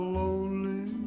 lonely